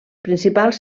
principals